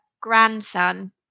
grandson